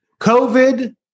COVID